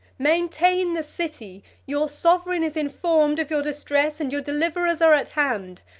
maintain the city your sovereign is informed of your distress, and your deliverers are at hand.